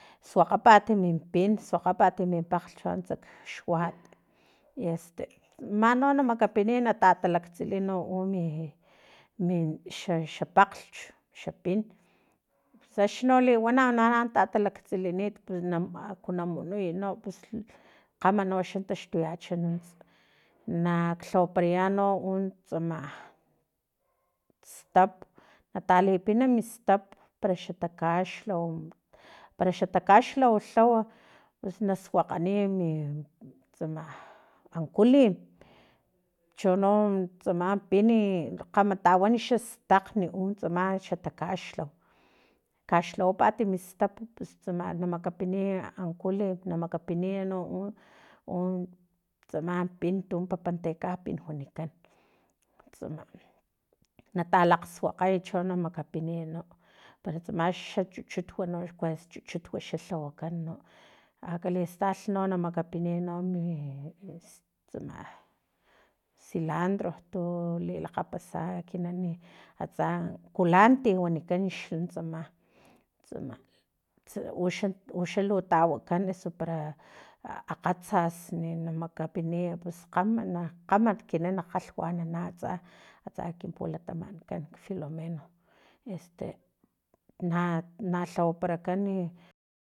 Suakgapat minpin suakgapat min pakglhch antsa kxuat i este mano na makapiniy natalaktsili mi xa pakglhch xa pin axni no liwana na talaktsilinit pus nama akunamunuya no pus kgama no taxtuyacha nak lhawaparaya uno tsama stap natalipina mi tsap para xa takaxlau para xa takaxlau taw na suakganiy tsam ankulim chono tsam pin i kgama tawan xastakgni utsama xa takaxlau kaxlhawapat mistap pus tsama makapiniy ankulin namakapiniy no u tsama pin unta papatekapin wanikan tsama na talakgsuakgay cho na makapiniy no pero tsama xa chuchut no kuesa chuchut lhawakan no akalistalh no na makapiniy no mi s tsama silantso tu lilakgapasa ekinan atsa kulanti wanikan xa tsama tsama uxa uxa lu tawakan eso para akgatsas na makapiniy pus kgama kgama ekinan kgalhwanana tsa atsa kin pulatamatkan filomeno este na nalhawaparakani